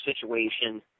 situation